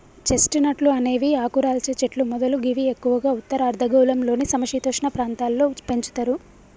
chest నట్లు అనేవి ఆకురాల్చే చెట్లు పొదలు గివి ఎక్కువగా ఉత్తర అర్ధగోళంలోని సమ శీతోష్ణ ప్రాంతాల్లో పెంచుతరు